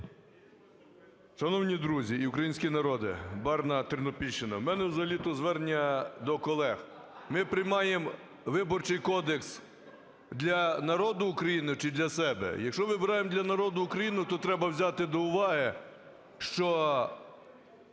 Шановні друзі і український народе! Барна, Тернопільщина. У мене взагалі-то звернення до колег. Ми приймаємо Виборчий кодекс для народу України чи для себе? Якщо вибираємо для народу України, то треба взяти до увагу, що